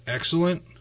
excellent